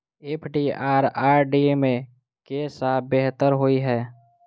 FD आ RD मे केँ सा बेहतर होइ है?